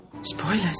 Spoilers